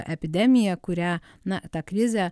epidemija kurią na tą krizę